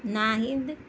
Nahid